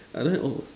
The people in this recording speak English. like that oh